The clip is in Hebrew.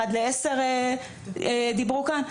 1 ל-10 דיברו כאן?